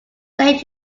saint